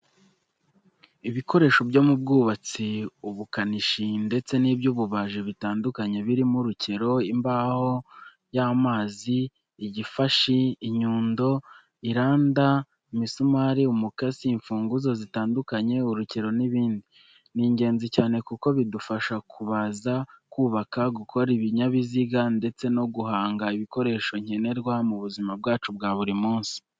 Ibikoresho byo mu bwubatsi, ubukanishi ndetse n'iby'ububaji bitandukanye birimo urukero, imbaho y'amazi, igifashi, inyundo, iranda, imisumari, umukasi, imfunguzo zitandukanye, urukero n'ibindi. Ni ingenzi cyane kuko bidufasha kubaza, kubaka, gukora ibinyabiziga ndetse no guhanga ibikoresho nkenerwa mu buzima bwacu buri munsi.